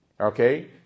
Okay